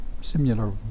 similar